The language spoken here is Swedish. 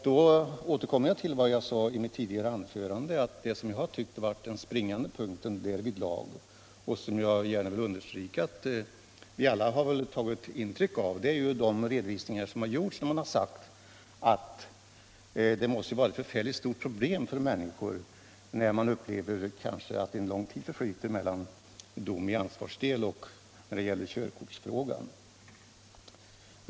Då återkommer jag till vad jag sade i mitt tidigare anförande, nämligen den springande punkten härvidlag — och det som vi väl alla anser att människorna måste uppleva som ett förfärligt stort problem — är att så lång tid förflyter mellan dom i ansvarsdel och dom i körkortsfrågan.